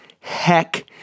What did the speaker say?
heck